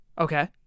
Okay